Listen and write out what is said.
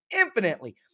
infinitely